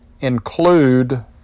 include